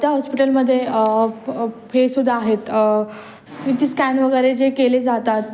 त्या हॉस्पिटलमध्ये तेसुद्धा आहेत सी टी स्कॅन वगैरे जे केले जातात